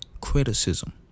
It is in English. criticism